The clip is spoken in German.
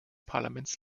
parlaments